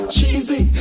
Cheesy